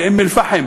באום-אלפחם,